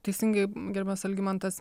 teisingai gerbiamas algimantas